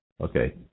Okay